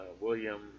William